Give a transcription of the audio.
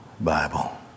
Bible